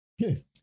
Yes